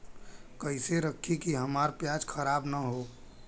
कइसे रखी कि हमार प्याज खराब न हो?